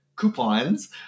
coupons